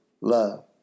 love